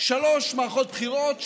שלוש מערכות בחירות,